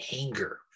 anger